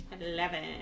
Eleven